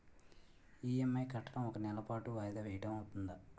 EMI కట్టడం ఒక నెల పాటు వాయిదా వేయటం అవ్తుందా?